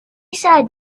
said